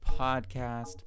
podcast